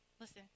listen